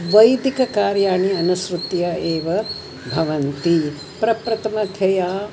वैदिक कार्याणि अनुसृत्य एव भवन्ति पप्रथमतया